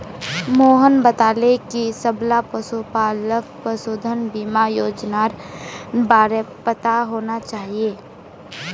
मोहन बताले कि सबला पशुपालकक पशुधन बीमा योजनार बार पता होना चाहिए